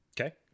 Okay